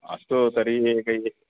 अस्तु तर्हि एकैः